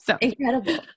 Incredible